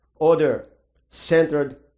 other-centered